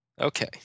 Okay